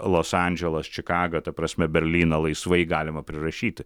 los andželas čikaga ta prasme berlyną laisvai galima prirašyti